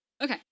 Okay